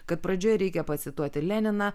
kad pradžioj reikia pacituoti leniną